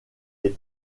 les